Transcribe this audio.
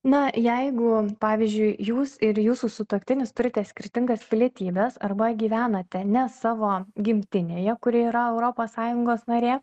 na jeigu pavyzdžiui jūs ir jūsų sutuoktinis turite skirtingas pilietybes arba gyvenate ne savo gimtinėje kuri yra europos sąjungos narė